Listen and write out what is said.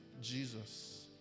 jesus